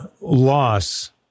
loss